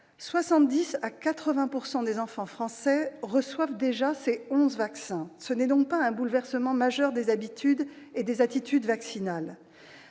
70 % et 80 % des enfants français reçoivent déjà ces onze vaccins. Il ne s'agit donc pas d'un bouleversement majeur des habitudes ni des attitudes vaccinales.